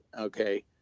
okay